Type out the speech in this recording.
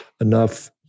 enough